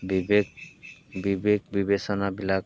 বিবেক বিবেক বিবেচনাবিলাক